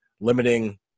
limiting